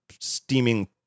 steaming